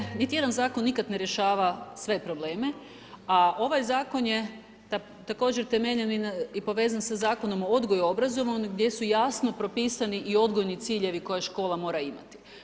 Naravno niti jedan zakon nikad ne rješava sve probleme, a ovaj zakon je također temeljen i povezan sa Zakonom o odgoju i obrazovanju gdje su jasno propisani i odgojni ciljevi koje škola mora imati.